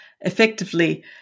effectively